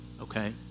okay